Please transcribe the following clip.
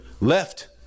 left